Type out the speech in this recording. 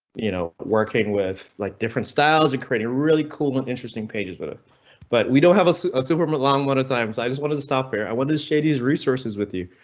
you know, working with like different styles and creating really cool and interesting pages but but we don't have a super but long run at times. i just wanted to stop here. i wanted to share these resources with you.